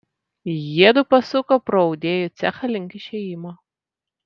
jiedu pasuko pro audėjų cechą link išėjimo